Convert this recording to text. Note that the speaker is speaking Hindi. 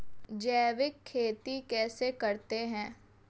जैविक खेती कैसे करते हैं?